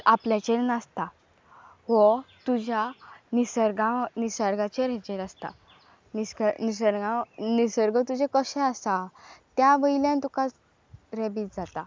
आपल्याचेर नासता व तुज्या निसर्गां निसर्गाचेर हेजेर आसता निस निसर्गांव निसर्ग तुजें कशें आसा त्या वयल्यान तुका रेबीज जाता